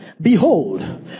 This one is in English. Behold